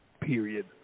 period